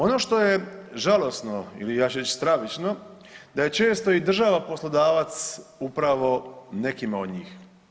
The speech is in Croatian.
Ono što je žalosno ili ja ću reći stravično da je često i država poslodavac upravo nekima od njih.